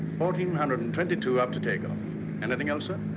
four um hundred and twenty two up to takeoff. anything else, sir?